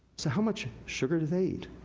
so, how much sugar do they eat?